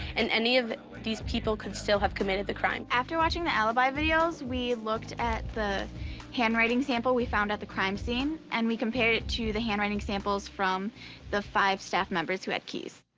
and any of these people could still have committed the crime. after watching the alibi videos, we looked at the handwriting sample we found at the crime scene and we compared it to the handwriting samples from the five staff members who had keys.